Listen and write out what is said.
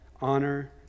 honor